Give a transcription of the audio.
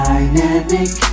Dynamic